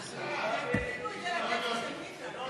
התשע"ז 2017